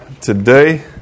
today